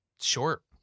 short